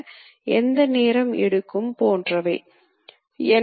மற்றும் அதிக பராமரிப்பு தேவைப்படும்